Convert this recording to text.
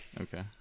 Okay